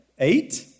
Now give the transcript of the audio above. Eight